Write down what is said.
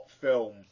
film